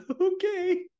Okay